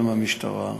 מהמשטרה.